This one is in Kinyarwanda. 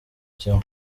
kimwe